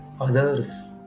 others